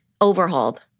overhauled